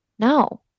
No